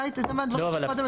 זה מהדברים שקודם הציג.